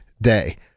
day